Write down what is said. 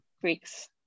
Greeks